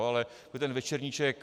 Ale ten večerníček...